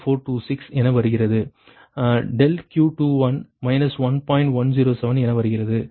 426 என வருகிறது ∆Q2 1